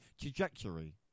Trajectory